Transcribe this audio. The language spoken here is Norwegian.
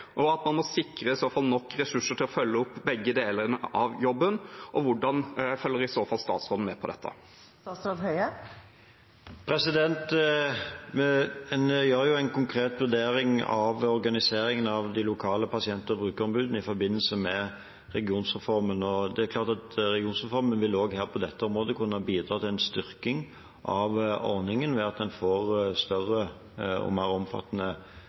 og at man i så fall må sikre nok ressurser til å følge opp begge delene av jobben? Hvordan følger i så fall statsråden med på dette? En gjør en konkret vurdering av organiseringen av de lokale pasient- og brukerombudene i forbindelse med regionreformen. Det er klart at regionreformen også på dette området vil kunne bidra til en styrking av ordningen ved at en får større og mer omfattende